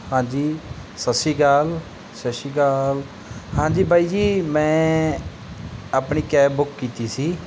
ਹਾਂਜੀ ਸਤਿ ਸ਼੍ਰੀ ਅਕਾਲ ਸਤਿ ਸ਼੍ਰੀ ਅਕਾਲ ਹਾਂਜੀ ਬਾਈ ਜੀ ਮੈਂ ਆਪਣੀ ਕੈਬ ਬੁੱਕ ਕੀਤੀ ਸੀ